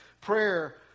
prayer